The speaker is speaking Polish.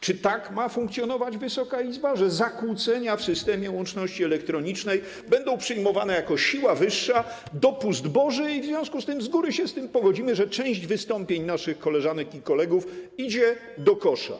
Czy tak ma funkcjonować Wysoka Izba, że zakłócenia w systemie łączności elektronicznej będą przyjmowane jako siła wyższa, dopust boży i w związku z tym z góry się z tym pogodzimy, że część wystąpień naszych koleżanek i kolegów idzie do kosza?